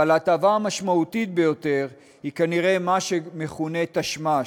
אבל ההטבה המשמעותית ביותר היא כנראה מה שמכונה תשמ"ש,